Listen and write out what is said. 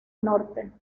norte